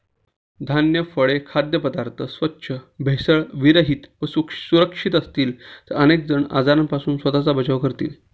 धान्य, फळे, खाद्यपदार्थ स्वच्छ, भेसळविरहित व सुरक्षित असतील तर अनेक जण आजारांपासून स्वतःचा बचाव करतील